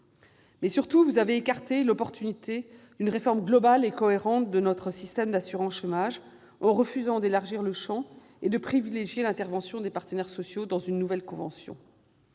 Surtout, vous avez écarté l'opportunité d'une réforme globale et cohérente de notre système d'assurance chômage, en refusant d'élargir le champ et de privilégier l'intervention des partenaires sociaux dans une nouvelle convention.